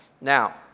Now